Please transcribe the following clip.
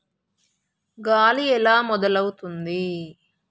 గాలి ఎలా మొదలవుతుంది?